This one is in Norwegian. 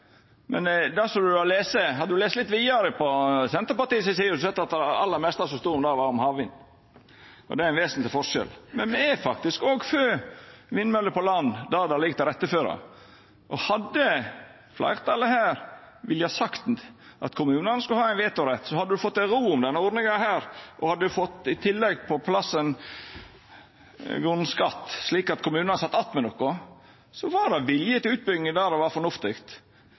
men hadde du lese litt vidare på heimesida til Senterpartiet, hadde du sett at det aller meste som sto om dette, var om havvind. Det er ein vesentleg forskjell. Men me er faktisk òg for vindmøller på land der det ligg til rette for det. Hadde fleirtalet her sagt at ein ville at kommunane skulle ha ein vetorett, hadde ein fått ei ro om denne ordninga. Hadde ein i tillegg fått på plass ein grunnskatt, slik at kommunane sat att med noko, hadde det vore vilje til utbygging der det er fornuftig.